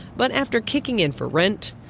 but after kicking in for rent,